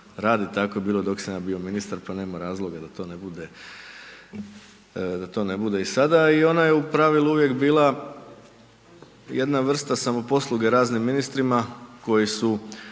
radi, tako je bilo dok sam ja bio ministar pa nema razloga da to ne bude, da to ne bude i sada, i ona je u pravilu uvijek bila jedna vrsta samoposluge raznim ministrima koji su